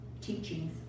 teachings